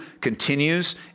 continues